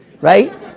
right